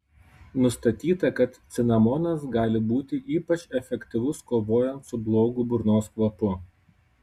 nustatyta kad cinamonas gali būti ypač efektyvus kovojant su blogu burnos kvapu